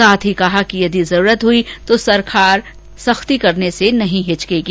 साथ ही कहा कि यदि जरूरत हुई तो सरकार सख्ती करने से भी नहीं हिचकेगी